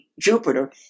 Jupiter